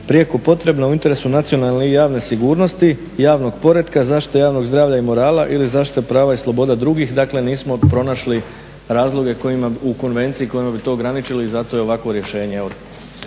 prijeko potrebna u interesu nacionalne i javne sigurnosti, javnog poretka, zaštite javnog zdravlja i morala ili zaštite prava i sloboda drugih. Dakle, nismo pronašli razloge u konvenciji kojima bi to ograničili i zato je ovakvo rješenje.